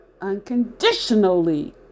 unconditionally